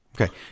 Okay